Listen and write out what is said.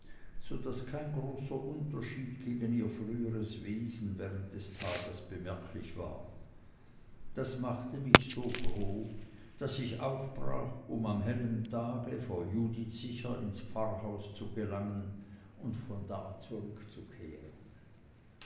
so daß kein großer unterschied gegen ihr früheres wesen während des tages bemerklich war das machte mich so froh daß ich aufbrach um am hellen tage vor judith sicher ins pfarrhaus zu gelangen und von da zurückzukehren